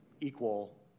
equal